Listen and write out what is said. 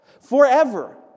forever